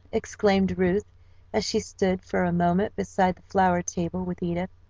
exclaimed ruth as she stood for a moment beside the flower table which edith,